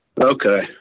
Okay